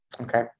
Okay